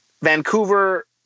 Vancouver